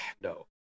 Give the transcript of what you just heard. No